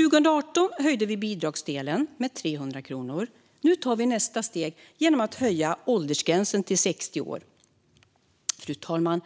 År 2018 höjde vi bidragsdelen med 300 kronor. Nu tar vi nästa steg genom att höja åldersgränsen till 60 år. Fru talman!